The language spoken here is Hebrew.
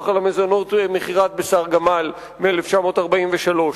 על המזונות (מכירת בשר גמל) מ-1943,